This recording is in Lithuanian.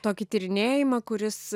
tokį tyrinėjimą kuris